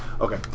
Okay